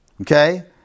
okay